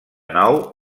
nou